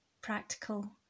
practical